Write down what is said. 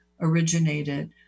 originated